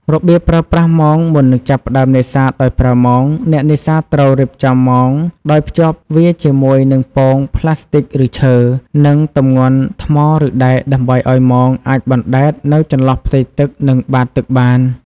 របៀបប្រើប្រាស់មងមុននឹងចាប់ផ្តើមនេសាទដោយប្រើមង អ្នកនេសាទត្រូវរៀបចំមងដោយភ្ជាប់វាជាមួយនឹង ពោង ប្លាស្ទិកឬឈើ និង ទម្ងន់ ថ្មឬដែកដើម្បីឲ្យមងអាចបណ្តែតនៅចន្លោះផ្ទៃទឹកនិងបាតទឹកបាន។